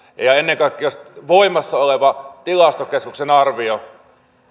ja ja ennen kaikkea jos voimassa oleva tilastokeskuksen arvio